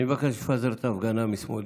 אני מבקש לפזר את ההפגנה משמאלי.